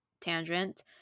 tangent